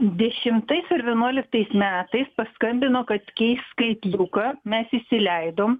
dešimtais ar vienuoliktais metais paskambino kad keis sklaitliuką mes įsileidom